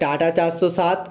tata চারশো সাত